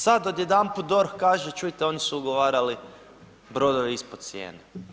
Sad odjedanput DORH kaže čujte, on su ugovarali brodove ispod cijene.